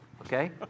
okay